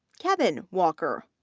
kevin walker,